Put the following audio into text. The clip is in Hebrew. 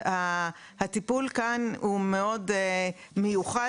הטיפול כאן הוא מאוד מיוחד.